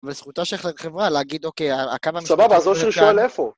אבל זכותה של חברה להגיד, אוקיי, הכמה... סבבה, אז לא צריך לשאול איפה.